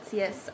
yes